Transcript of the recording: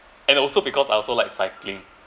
and also because I also like cycling